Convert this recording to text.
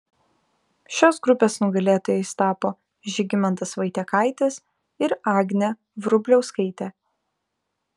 šios grupės nugalėtojais tapo žygimantas vaitiekaitis ir agnė vrubliauskaitė